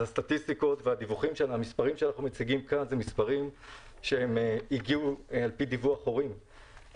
אז המספרים שאנחנו מציגים כאן הם מספרים שהגיעו על פי דיווח הורים,